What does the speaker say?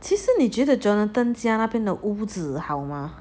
其实你觉 jonathan 家的屋子好吗